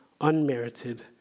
unmerited